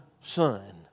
Son